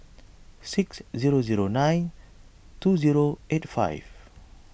six zero zero nine two zero eight five